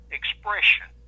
expression